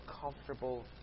comfortable